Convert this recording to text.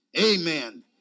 Amen